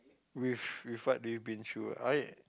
with with what do you been through right